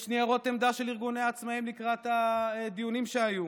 יש ניירות עמדה של ארגוני העצמאים לקראת הדיונים שהיו.